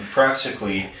practically